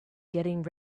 getting